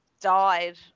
died